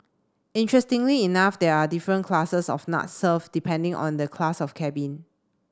interestingly enough there are different classes of nuts served depending on the class of cabin